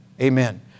Amen